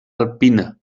alpina